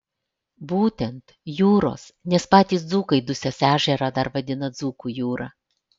būtent jūros nes patys dzūkai dusios ežerą dar vadina dzūkų jūra